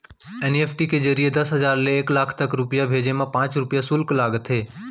NEFT के जरिए दस हजार ले एक लाख तक रूपिया भेजे मा पॉंच रूपिया सुल्क लागथे